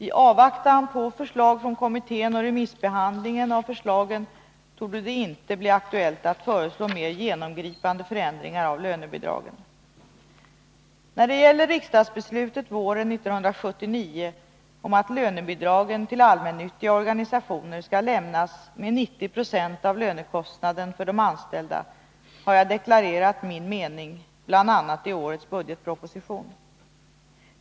I avvaktan på förslag från kommittén och remissbehandlingen av förslagen torde det inte bli aktuellt att föreslå mer genomgripande förändringar av lönebidragen. När det gäller riksdagsbeslutet våren 1979 om att lönebidragen till allmännyttiga organisationer skall lämnas med 90 96 av lönekostnaden för de anställda har jag deklarerat min mening, bl.a. i årets budgetproposition.